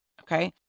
Okay